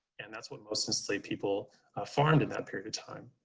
and that's what most enslaved people farmed in that period of time.